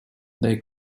they